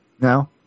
No